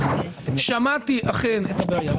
שמעתי אכן את הבעיה,